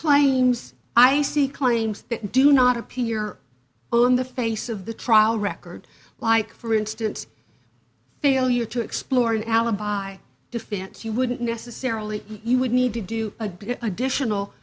claims i see claims do not appear on the face of the trial record like for instance failure to explore an alibi defense you wouldn't necessarily you would need to do a good additional